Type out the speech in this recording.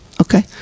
Okay